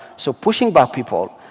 so pushing back people.